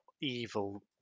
evil